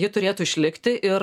ji turėtų išlikti ir